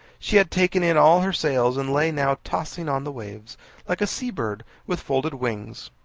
she had taken in all her sails and lay now tossing on the waves like a sea-bird with folded wings.